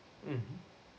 mmhmm